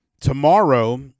Tomorrow